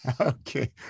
Okay